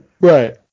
Right